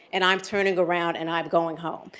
and i'm turning around, and i'm going home.